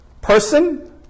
person